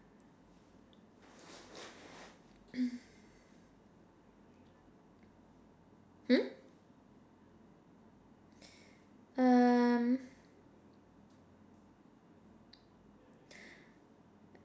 mm um